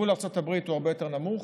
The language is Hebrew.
מול ארצות הברית הוא הרבה יותר נמוך,